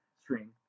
String